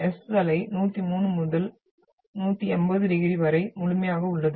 S அலை 103 முதல் 180 வரை முழுமையாக உள்ளது